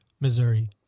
Missouri